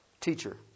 teacher